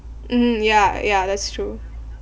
mmhmm ya ya that's true